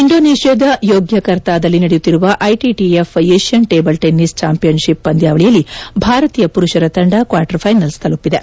ಇಂಡೋನೇಷ್ಯಾದ ಯೋಗ್ಯಕರ್ತಾದಲ್ಲಿ ನಡೆಯತ್ತಿರುವ ITTF Asian table tennis championship ಪಂದ್ಯಾವಳಿಯಲ್ಲಿ ಭಾರತೀಯ ಪುರುಷರ ತಂಡ ಕ್ವಾರ್ಟರ್ಫೈನಲ್ಸ್ ತಲುಪಿದೆ